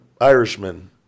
Irishmen